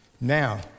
Now